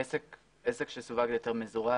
עסק שסווג בהיתר מזורז,